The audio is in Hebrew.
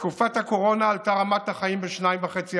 בתקופת הקורונה עלתה רמת החיים ב-2.5%.